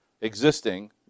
existing